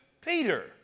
Peter